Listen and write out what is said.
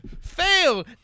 Fail